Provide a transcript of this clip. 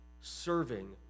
serving